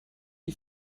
die